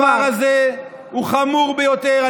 הדבר הזה הוא חמור ביותר.